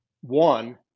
one